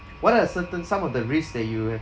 what are the certain some of the risks that you have